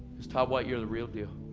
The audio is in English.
is, todd white you're the real deal.